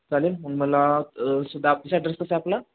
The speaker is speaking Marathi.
चालेल मग मला सध्या ऑफिस ॲड्रेस कसं आहे आपला